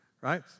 right